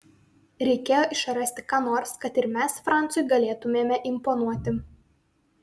reikėjo išrasti ką nors kad ir mes francui galėtumėme imponuoti